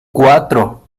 cuatro